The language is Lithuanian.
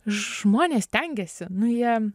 žmonės stengiasi nu jie